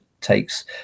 takes